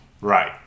right